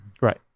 Right